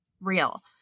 real